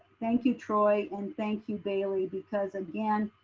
thank you troy and thank you baylee because again,